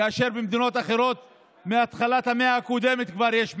כאשר במדינות אחרות מתחילת המאה הקודמת כבר יש מטרו.